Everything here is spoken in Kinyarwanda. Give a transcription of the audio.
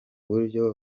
buryo